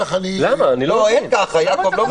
לא, אין ככה, יעקב.